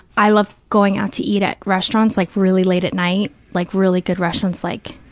i love going out to eat at restaurants like really late at night, like really good restaurants like